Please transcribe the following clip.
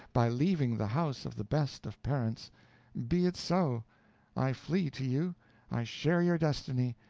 by leaving the house of the best of parents be it so i flee to you i share your destiny,